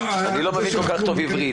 אני לא מבין כל כך טוב עברית.